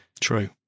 true